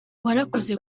warakoze